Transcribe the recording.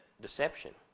deception